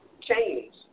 change